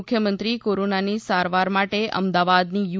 મુખ્યમંત્રી કોરોનાની સારવાર માટે અમદાવાદની યુ